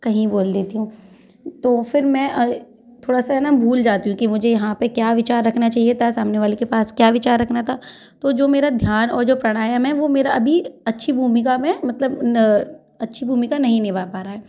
कहीं बोल देती हूँ तो फिर मैं अ थोड़ा सा है न भूल जाती हूँ कि मुझे यहाँ पर क्या विचार रखना चाहिए था सामने वाले के पास क्या विचार रखना था तो जो मेरा ध्यान और जो प्राणायाम है वो मेरा अभी अच्छी भूमिका में मतलब अच्छी भूमिका नहीं निभा पा रहा है